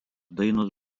dainos